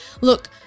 Look